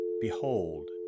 Behold